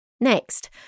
Next